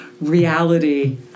reality